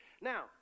Now